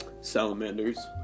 salamanders